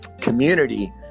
community